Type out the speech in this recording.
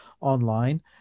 online